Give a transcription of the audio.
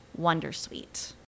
wondersuite